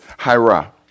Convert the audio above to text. Hira